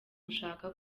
gushaka